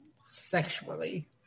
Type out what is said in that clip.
sexually